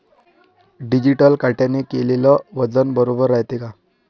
Digital काट्याने केलेल वजन बरोबर रायते का?